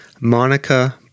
Monica